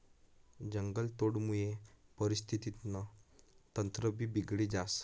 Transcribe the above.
जंगलतोडमुये परिस्थितीनं तंत्रभी बिगडी जास